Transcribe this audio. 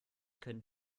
können